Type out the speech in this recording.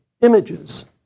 images